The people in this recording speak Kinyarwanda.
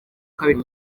kabiri